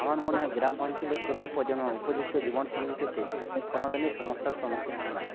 আমার মনে হয় গ্রাম অঞ্চলের তরুণ প্রজন্ম উপযুক্ত জীবন সঙ্গী পেতে কোনো দিনই সমস্যার সম্মুখীন হয় না